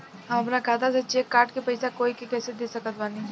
हम अपना खाता से चेक काट के पैसा कोई के कैसे दे सकत बानी?